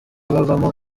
bavoma